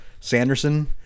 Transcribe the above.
Sanderson